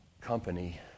company